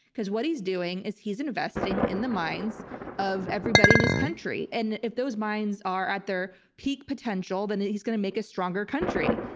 because what he's doing is he's investing in the minds of everybody in this country, and if those minds are at their peak potential, then he's gonna make a stronger country.